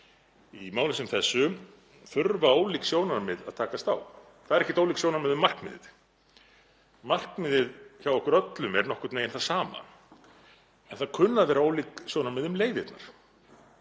Í málum sem þessu þurfa ólík sjónarmið að takast á. Það eru ekkert ólík sjónarmið um markmiðið. Markmiðið hjá okkur öllum er nokkurn veginn það sama, en það kunna að vera ólík sjónarmið um leiðirnar.